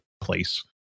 place